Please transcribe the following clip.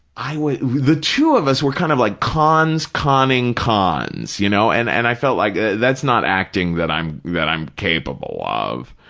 i, the two of us were kind of like cons conning cons, you know, and and i felt like that's not acting that i'm that i'm capable of.